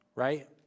right